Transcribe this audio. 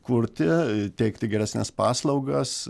kurti teikti geresnes paslaugas